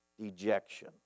dejection